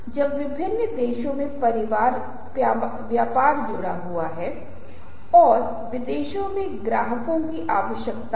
मैं पेप्सी पीने वाले के बजाय कोक पीने वाला हूं मैं एक कॉफी पीने वाले के बजाय एक चाय पीने वाला हूं